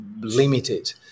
limited